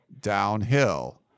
downhill